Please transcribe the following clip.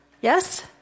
Yes